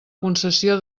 concessió